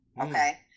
okay